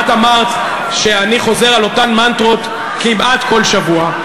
את אמרת שאני חוזר על אותן מנטרות כמעט כל שבוע.